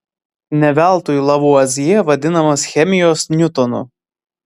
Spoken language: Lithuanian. ne veltui lavuazjė vadinamas chemijos niutonu